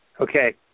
Okay